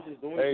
Hey